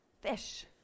fish